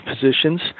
positions